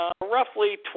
roughly